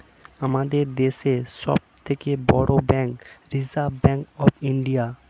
আমাদের দেশের সব থেকে বড় bank reserve bank of India